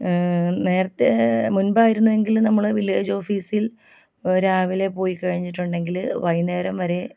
നേരത്തെ മുൻപായിരുന്നു എങ്കിൽ നമ്മൾ വില്ലേജ് ഓഫീസിൽ രാവിലെ പോയി കഴിഞ്ഞിട്ടുണ്ടെങ്കിൽ വൈകുന്നേരം വരെ